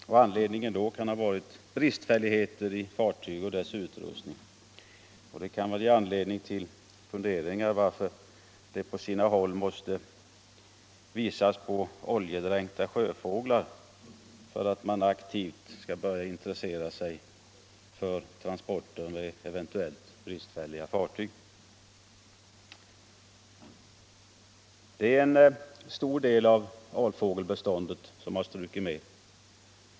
Anledningen kan då ha varit bristfälligheter i fartygen och deras utrustningar. Det kan ge anledning till funderingar över varför det på sina håll måste visas på oljedränkta sjöfåglar för att man aktivt skall börja intressera sig för transporter med eventuellt bristfälliga fartyg. ; En stor del av alfågelbeståndet har strukit med.